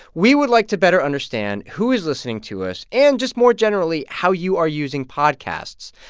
we would like to better understand who is listening to us and, just more generally, how you are using podcasts.